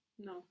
No